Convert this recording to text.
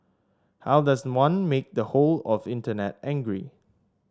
how does one make the whole of Internet angry